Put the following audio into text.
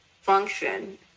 function